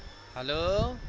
hello